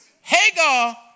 Hagar